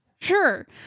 Sure